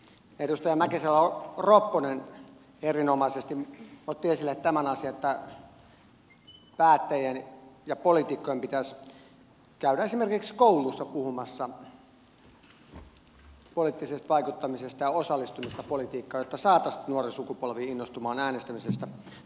edustaja mäkisalo ropponen erinomaisesti otti esille tämän asian että päättäjien ja poliitikkojen pitäisi käydä esimerkiksi kouluissa puhumassa poliittisesta vaikuttamisesta ja osallistumisesta politiikkaan jotta saataisiin nuori sukupolvi innostumaan äänestämisestä